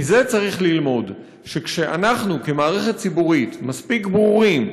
מזה צריך ללמוד שכשאנחנו כמערכת ציבורית מספיק ברורים,